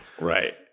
Right